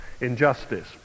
injustice